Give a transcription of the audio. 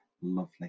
Lovely